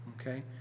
Okay